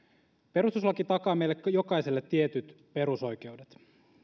perustuslaki takaa meille jokaiselle tietyt perusoikeudet